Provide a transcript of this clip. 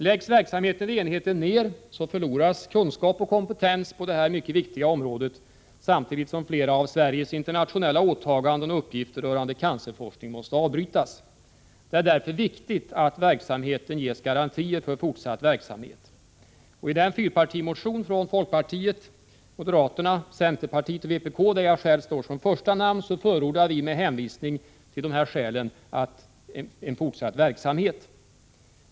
Läggs verksamheten vid enheten ned förloras kunskap och kompetens på detta viktiga område, samtidigt som flera av Sveriges internationella åtaganden och uppgifter rörande cancerforskning måste avbrytas. Det är därför viktigt att verksamheten ges garantier för fortsatt drift. I den fyrpartimotion från folkpartiet, moderaterna, centerpartiet och vpk, där jag själv står som första namn, förordar vi med hänvisning till de nämnda skälen en fortsatt verksamhet.